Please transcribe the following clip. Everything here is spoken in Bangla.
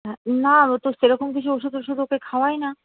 না ওতো সেরকম কিছু ওষুধ টষুধ ওকে খাওয়াই না